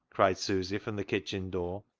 cried susy from the kitchen door.